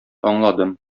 аңладым